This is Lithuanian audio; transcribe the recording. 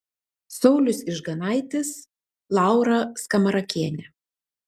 saulius ižganaitis laura skamarakienė